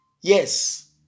yes